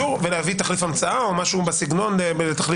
אז הם יצטרכו להביא אישור ולהביא תחליף המצאה או משהו בסגנון --- כן,